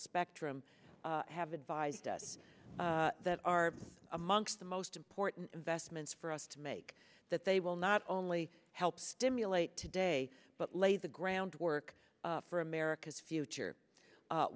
spectrum have advised us that are amongst the most important investments for us to make that they will not only help stimulate today but lay the groundwork for america's future